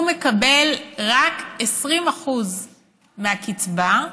הוא מקבל רק 20% מהקצבה,